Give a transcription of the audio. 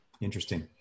interesting